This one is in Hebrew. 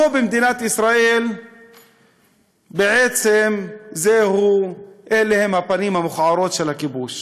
פה במדינת ישראל בעצם אלו הן הפנים המכוערות של הכיבוש.